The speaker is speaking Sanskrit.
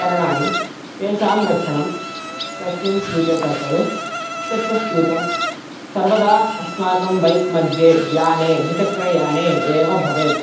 करणानि तेषां रक्षणं तस्मिन् स्यूते कर्तव्यं तच्च स्यूतं सर्वदा अस्माकं बैक् मध्ये याने द्विचक्रयाने एव भवेत्